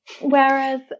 whereas